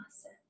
Awesome